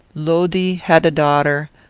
lodi had a daughter,